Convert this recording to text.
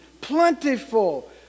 plentiful